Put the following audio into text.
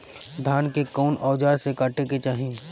धान के कउन औजार से काटे के चाही?